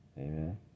Amen